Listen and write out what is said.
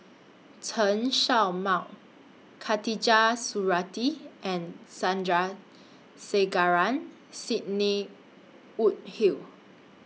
Chen Show Mao Khatijah Surattee and Sandrasegaran Sidney Woodhull